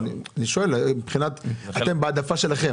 אני שואל לגבי ההעדפה שלכם.